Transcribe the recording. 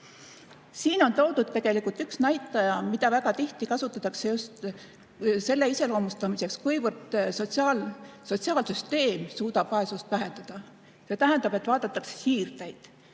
Siin on toodud üks näitaja, mida väga tihti kasutatakse just selle iseloomustamiseks, kuivõrd sotsiaalkaitsesüsteem suudab vaesust vähendada. See tähendab, et vaadatakse siirdeid.